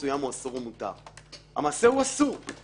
נוסף על פרקי הזמן האמורים בסעיף 9ג2